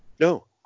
No